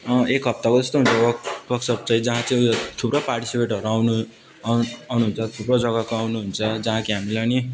एक हप्ताको जस्तो हुन्छ वर्कसप चाहिँ जहाँ चाहिँ थुप्रो पार्टिसिपेटहरू आउनु आउनुहुन्छ थुप्रो जग्गाको आउनुहुन्छ जहाँ कि हामीलाई पनि